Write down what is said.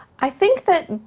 i think that,